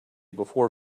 before